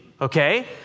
okay